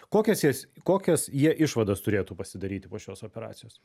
kokias jas kokias jie išvadas turėtų pasidaryti po šios operacijos